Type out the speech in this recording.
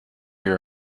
your